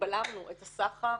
שבלמנו את הסחר,